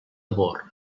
bor